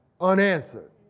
unanswered